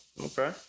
Okay